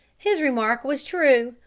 his remark was true,